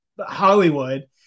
Hollywood